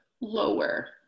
lower